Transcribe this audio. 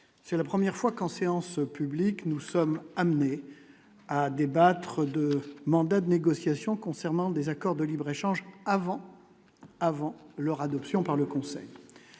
c'est la première fois qu'en séance publique, nous sommes amenés à débattre de mandat de négociations concernant des accords de libre-échange avant avant leur adoption par le Conseil